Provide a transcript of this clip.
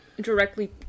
directly